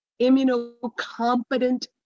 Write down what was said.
immunocompetent